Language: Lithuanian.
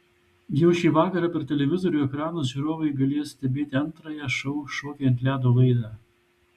jau šį vakarą per televizorių ekranus žiūrovai gali stebėti antrąją šou šokiai ant ledo laidą